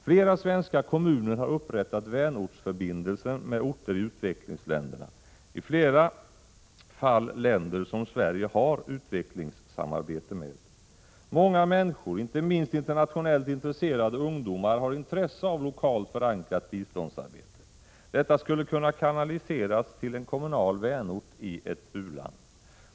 Flera svenska kommuner har upprättat vänortsförbindelser med orter i utvecklingsländerna, i flera fall länder som Sverige har utvecklingssamarbete med. Många människor, inte minst internationellt intresserade ungdomar, har intresse av lokalt förankrat biståndsarbete. Detta skulle kunna kanaliseras till en kommunal vänort i ett u-land.